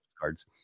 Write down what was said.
cards